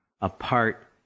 apart